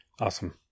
Awesome